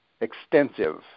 extensive